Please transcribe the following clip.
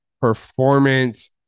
performance